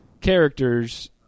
characters